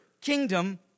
kingdom